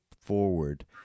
forward